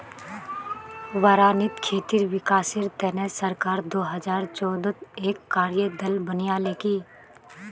बारानीत खेतीर विकासेर तने सरकार दो हजार चौदहत एक कार्य दल बनैय्यालकी